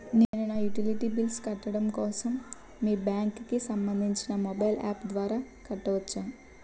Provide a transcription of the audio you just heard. నేను నా utility bills కట్టడం కోసం మీ బ్యాంక్ కి సంబందించిన మొబైల్ అప్స్ ద్వారా కట్టవచ్చా?